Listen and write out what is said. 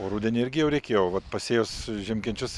o rudenį irgi jau reikėjo vat pasėjus žiemkenčius